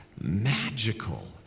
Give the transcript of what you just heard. magical